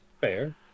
Fair